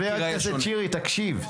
חבר הכנסת שירי, תקשיב.